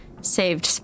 saved